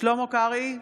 שלמה קרעי,